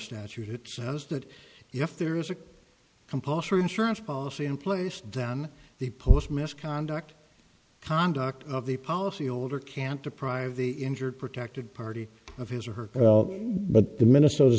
statute was that if there was a compulsory insurance policy in place down the post misconduct conduct of the policy holder can't deprive the injured protected party of his or her well but the minnesota